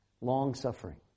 long-suffering